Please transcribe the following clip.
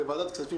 בוועדת כספים,